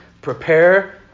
Prepare